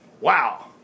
Wow